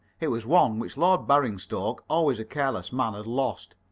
it was one which lord baringstoke always a careless man had lost.